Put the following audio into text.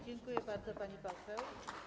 Dziękuję bardzo, pani poseł.